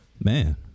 Man